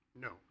no